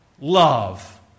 love